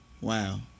wow